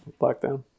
lockdown